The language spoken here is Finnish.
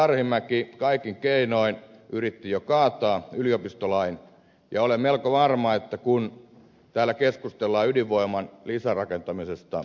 arhinmäki kaikin keinoin yritti jo kaataa yliopistolain ja olen melko varma että kun täällä keskustellaan ydinvoiman lisärakentamisesta ed